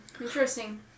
interesting